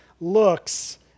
looks